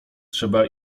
trzeba